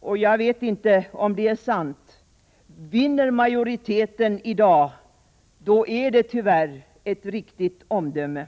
och jag vet inte om det är sant. Vinner majoriteten i dag, då är det tyvärr ett riktigt omdöme.